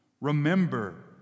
Remember